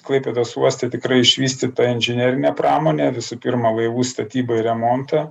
klaipėdos uoste tikrai išvystytą inžinerinę pramonę visų pirma laivų statybai remontą